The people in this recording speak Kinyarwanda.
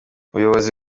ubuyobozi